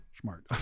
Smart